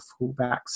fullbacks